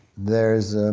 there's